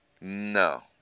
No